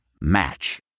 Match